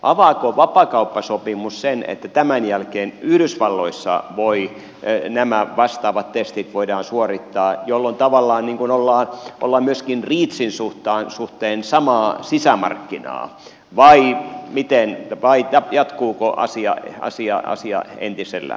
avaako vapaakauppasopimus sen että tämän jälkeen yhdysvalloissa nämä vastaavat testit voidaan suorittaa jolloin tavallaan ollaan myöskin reachin suhteen samaa sisämarkkinaa vai jatkuuko asia entisellään